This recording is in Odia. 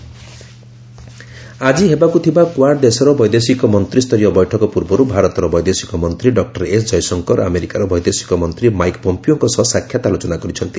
ଇଏଏମ୍ ଆଜି ହେବାକୁ ଥିବା କ୍ୱାଡ ଦେଶର ବୈଦେଶିକ ମନ୍ତ୍ରୀୟ ବୈଠକ ପୂର୍ବରୁ ଭାରତର ବୈଦେଶିକ ମନ୍ତ୍ରୀ ଡକ୍ଟର ଏସ୍ଜୟଶଙ୍କର ଆମେରିକାର ବୈଦେଶିକ ମନ୍ତ୍ରୀ ମାଇକ୍ ପମ୍ପିଓଙ୍କ ସହ ସାକ୍ଷାତ ଆଲୋଚନା କରିଛନ୍ତି